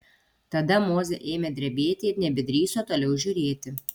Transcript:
tada mozė ėmė drebėti ir nebedrįso toliau žiūrėti